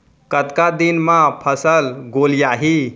कतका दिन म फसल गोलियाही?